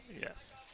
Yes